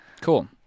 Cool